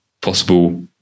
possible